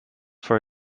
for